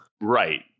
right